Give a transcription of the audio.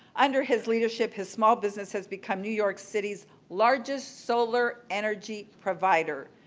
under his leadership, his small business has become new york city's largest solar energy provider.